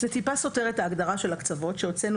זה טיפה סותר את ההגדרה של ההקצבות כשהוצאנו